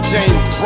James